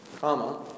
comma